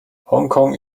hongkong